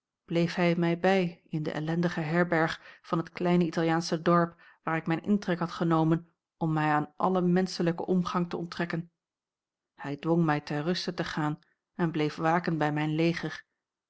bleef hij mij bij in de ellendige herberg van het kleine italiaansche dorp waar ik mijn intrek had genomen om mij aan allen menschelijken omgang te onttrekken hij dwong mij ter ruste te gaan en bleef waken bij mijn leger